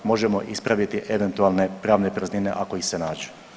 Možemo ispraviti eventualne pravne praznine ako ih se nađu.